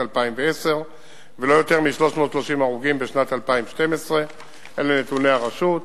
2010 ולא יותר מ-330 הרוגים בשנת 2012. אלה נתוני הרשות,